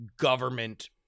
government